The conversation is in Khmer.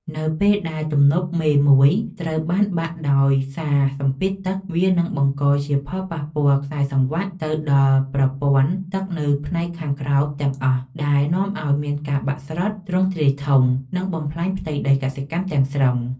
នៅពេលដែលទំនប់មេមួយត្រូវបានបាក់ដោយសារសម្ពាធទឹក វានឹងបង្កជាផលប៉ះពាល់ខ្សែសង្វាក់ ទៅដល់ប្រព័ន្ធទឹកនៅផ្នែកខាងក្រោមទាំងអស់ ដែលនាំឱ្យមានការបាក់ស្រុតទ្រង់ទ្រាយធំ និងបំផ្លាញផ្ទៃដីកសិកម្មទាំងស្រុង។